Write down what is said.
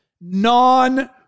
non